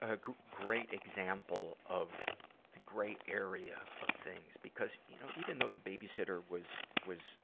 a great example of the gray area of things. because, you know, even though the babysitter was, was